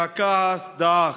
שהכעס דעך,